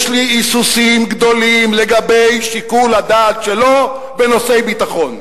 יש לי היסוסים גדולים לגבי שיקול הדעת שלו בנושאי ביטחון.